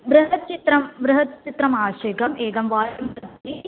बृहत् चित्रं बृहत् चित्रम् आश्यकम् एकं वाल्मध्ये